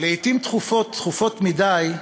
לעתים תכופות, תכופות מדי,